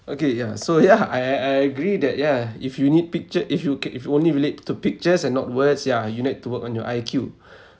okay yeah so yeah I I I agree that yeah if you need picture if you ca~ if you only relate to pictures and not words yeah you need to work on your I_Q